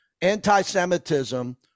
anti-Semitism